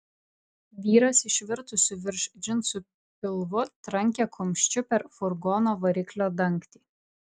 vyras išvirtusiu virš džinsų pilvu trankė kumščiu per furgono variklio dangtį